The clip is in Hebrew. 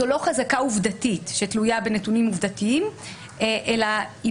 זו לא חזקה עובדתית שתלויה בנתונים עובדתיים אלא היא